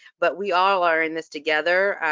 but we all are in this together.